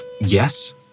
Yes